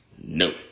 No